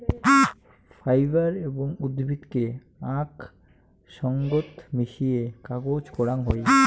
fibre এবং উদ্ভিদকে আক সঙ্গত মিশিয়ে কাগজ করাং হই